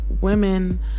women